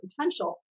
potential